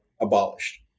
abolished